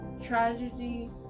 tragedy